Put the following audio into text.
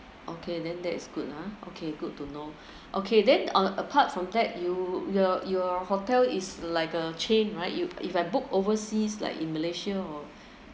okay then that is good ah okay good to know okay then on apart from that you your your hotel is like a chain right you if I book overseas like in malaysia or